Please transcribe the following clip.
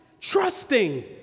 trusting